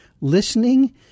listening